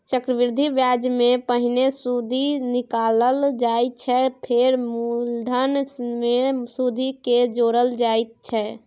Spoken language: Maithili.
चक्रबृद्धि ब्याजमे पहिने सुदि निकालल जाइ छै फेर मुलधन मे सुदि केँ जोरल जाइ छै